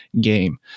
game